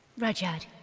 rudyard,